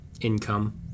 income